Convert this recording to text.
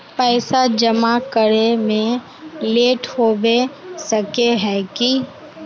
पैसा जमा करे में लेट होबे सके है की?